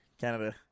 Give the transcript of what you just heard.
Canada